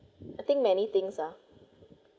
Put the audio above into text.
I think many things ah